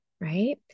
right